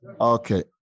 Okay